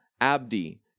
Abdi